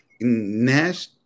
Nash